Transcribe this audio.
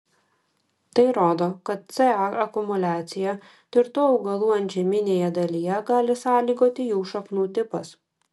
tai rodo kad ca akumuliaciją tirtų augalų antžeminėje dalyje gali sąlygoti jų šaknų tipas